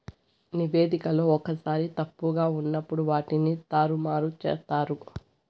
నివేదికలో ఒక్కోసారి తప్పుగా ఉన్నప్పుడు వాటిని తారుమారు చేత్తారు